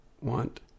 want